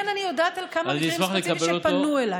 כן, אני יודעת על כמה מקרים ספציפיים שפנו אליי.